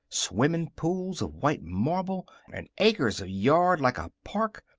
swimmin' pools of white marble, and acres of yard like a park,